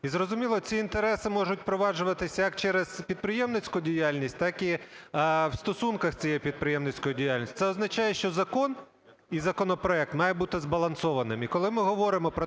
І зрозуміло, ці інтереси можуть впроваджуватись як через підприємницьку діяльність, так і в стосунках цієї підприємницької діяльності. Це означає, що закон і законопроект мають бути збалансованими.